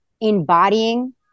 embodying